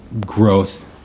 growth